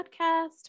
Podcast